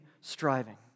striving